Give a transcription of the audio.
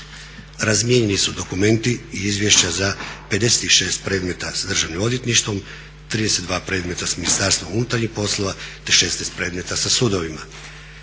Razmijenjeni su dokumenti i izvješća za 56 predmeta sa državnim odvjetništvo, 32 predmeta s Ministarstvom unutarnjih poslova te 16 predmeta sa sudovima.